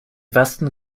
westen